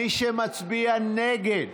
מי שמצביע נגד